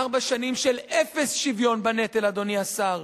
ארבע שנים של אפס שוויון בנטל, אדוני השר.